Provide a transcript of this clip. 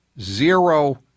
zero